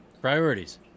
Priorities